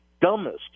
dumbest